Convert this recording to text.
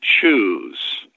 choose